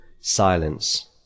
silence